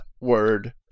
word